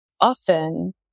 often